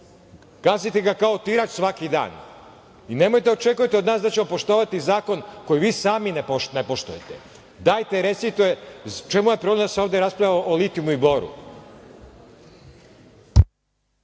Gazite ga kao otirač svaki dan. Nemojte da očekujete od nas da ćemo poštovati zakon koji vi sami ne poštujete. Dajte recite u čemu je problem da se ovde raspravlja o litijumu i boru.